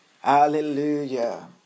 Hallelujah